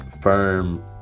firm